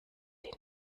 die